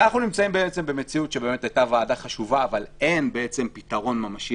אנחנו נמצאים במציאות שהייתה ועדה חשובה אבל אין בעצם פתרון ממשי